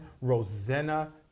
Rosanna